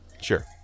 Sure